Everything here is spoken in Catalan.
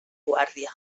guàrdia